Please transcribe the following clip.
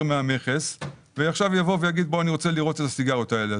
מהמכס ויגיד שהוא רוצה לראות את הסיגריות האלה.